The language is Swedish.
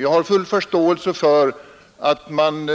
Jag har full förståelse för att man